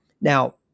Now